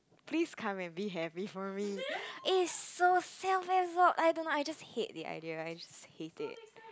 please come and be happy for me it's so self absorbed and you know I just hate the idea I just hate it